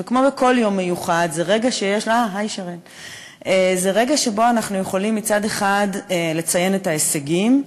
וכמו בכל יום מיוחד זה רגע שבו אנחנו יכולים מצד אחד לציין את ההישגים,